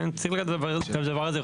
שימו לב לדבר הזה,